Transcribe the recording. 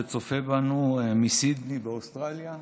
שצופה בנו מסידני באוסטרליה,